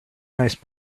nice